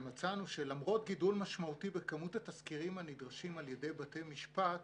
מצאנו שלמרות גידול משמעותי בכמות התסקירים הנדרשים על ידי בתי משפט,